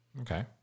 Okay